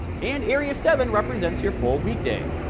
and area seven represents your full weekday.